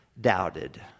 doubted